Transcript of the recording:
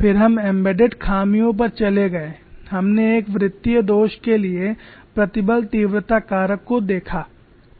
फिर हम एम्बेडेड खामियों पर चले गए हमने एक वृत्तीय दोष के लिए प्रतिबल तीव्रता कारक को देखा